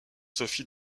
sophie